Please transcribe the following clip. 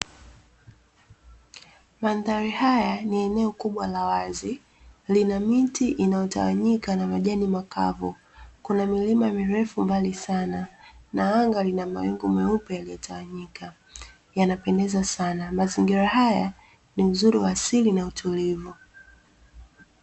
Mandhari haya ni eneo kubwa la wazi, lina miti inayotawanyika, majani makavu. Kuna milima mirefu mbali sana. Na anga lina mawingu meupe yaliyotawanyika, yanapendeza sana. Mazingira haya ni uzuri wa asili na utulivu.